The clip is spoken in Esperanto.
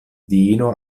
diino